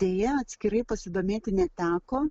deja atskirai pasidomėti neteko